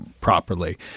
properly